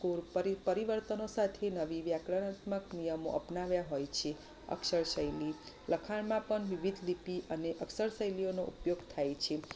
કુર પરિવર્તનો સાથે નવી વ્યાકરણાતમ્ક નિયમો અપનાવ્યાં હોય છે અક્ષર શૈલી લખાણમાં પણ વિવિધ લીટી અને અક્ષર શૈલીઓનો ઉપયોગ થાય છે